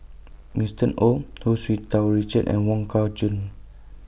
Winston O Hu Tsu Tau Richard and Wong Kah Chun